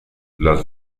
las